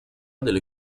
delle